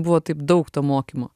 buvo taip daug to mokymo